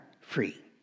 free